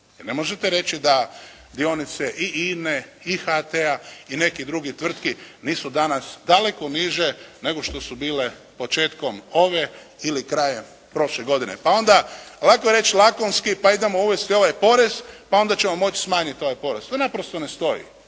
ne možete reći da dionice i INA-e i HT-a i nekih drugih tvrtki nisu danas daleko niže nego što su bile početkom ove ili krajem prošle godine. Pa onda lako je reći lakonski pa idemo uvesti ovaj porez pa onda ćemo moći smanjiti ovaj porez. To naprosto ne stoji.